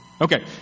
Okay